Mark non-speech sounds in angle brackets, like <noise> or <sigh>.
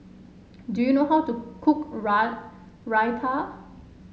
do you know how to cook <unintelligible> Raita